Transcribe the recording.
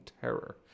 Terror